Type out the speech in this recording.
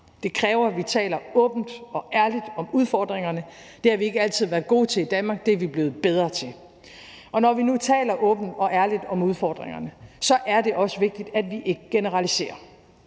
Det kræver, at vi taler åbent og ærligt om udfordringerne. Det har vi ikke altid været gode til i Danmark, men det er vi blevet bedre til. Og når vi nu taler åbent og ærligt om udfordringerne, er det også vigtigt, at vi ikke generaliserer.